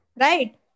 Right